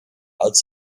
als